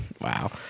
Wow